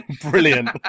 Brilliant